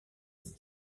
unis